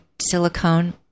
silicone